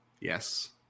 Yes